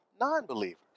non-believers